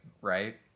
right